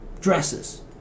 dresses